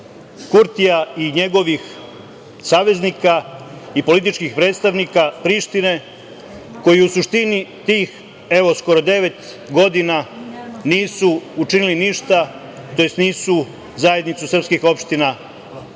Kurtija i njegovih saveznika i političkih predstavnika Prištine koji u suštini tih, evo skoro devet godina, nisu učinili ništa, tj. nisu zajednicu srpskih opština